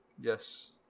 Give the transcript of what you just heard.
Yes